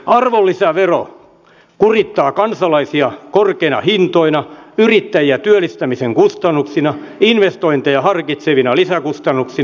arvonlisävero kurittaa kansalaisia korkeina hintoina yrittäjiä työllistämisen kustannuksina investointeja harkitsevia lisäkustannuksina